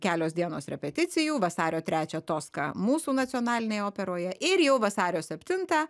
kelios dienos repeticijų vasario trečią toska mūsų nacionalinėje operoje ir jau vasario septintą